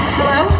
Hello